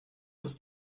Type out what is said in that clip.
ist